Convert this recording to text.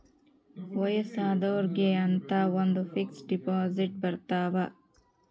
ವಯಸ್ಸಾದೊರ್ಗೆ ಅಂತ ಒಂದ ಫಿಕ್ಸ್ ದೆಪೊಸಿಟ್ ಬರತವ